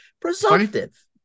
presumptive